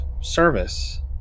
service